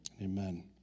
Amen